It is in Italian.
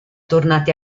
tornati